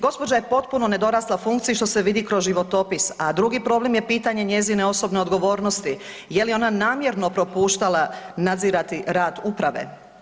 Gđa. je potpuno nedorasla funkciji što se vidi kroz životopis, a drugi problem je pitanje njezine osobne odgovornosti, je li ona namjerno propuštala nadzirati rad uprave?